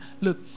look